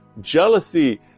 jealousy